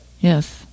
Yes